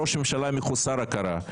ראש ממשלה מחוסר הכרה,